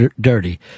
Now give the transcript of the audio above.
dirty